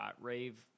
rave